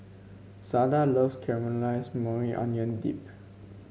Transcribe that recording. Sada loves Caramelized Maui Onion Dip